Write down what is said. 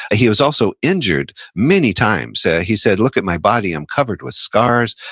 he was also injured many times. so he said, look at my body, i'm covered with scars.